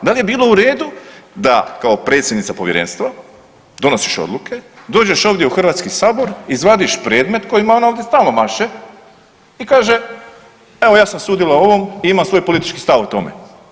Da li je bilo u redu da kao predsjednica Povjerenstva donosiš odluke, dođeš ovdje u HS izvadiš predmet kojim ona ovdje stalno maše i kaže evo ja sam sudila ovom i imam svoj politički stav o tome.